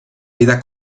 vida